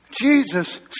Jesus